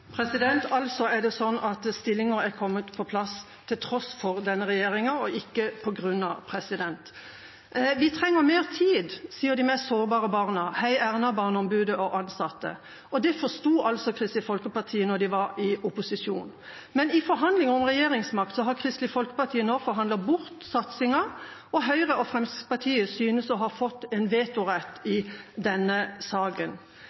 Det er altså sånn at stillinger er kommet på plass til tross for denne regjeringa, og ikke på grunn av den. Vi trenger mer tid, sier de mest sårbare barna, #heierna, Barneombudet og de ansatte. Det forsto Kristelig Folkeparti da de var i opposisjon, men i forhandlingene om regjeringsmakt har Kristelig Folkeparti nå forhandlet bort satsingen, og Høyre og Fremskrittspartiet synes å ha fått en vetorett i denne saken.